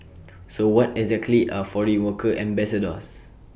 so what exactly are foreign worker ambassadors